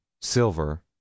silver